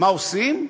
מה עושים?